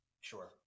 Sure